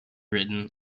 written